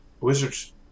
Wizards